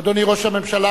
אדוני ראש הממשלה,